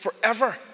forever